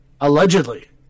Allegedly